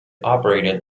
operated